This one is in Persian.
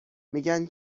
میگن